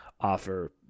offer